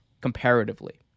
comparatively